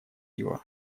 его